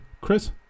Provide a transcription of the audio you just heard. chris